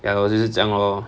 ya lor 就是这样 lor